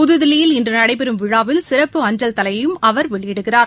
புதுதில்லியில் இன்று நடைபெறும் விழாவில் சிறப்பு அஞ்சல் தலையையும் அவர் வெளியிடுகிறார்